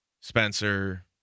Spencer